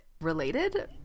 related